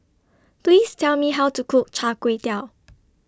Please Tell Me How to Cook Char Kway Teow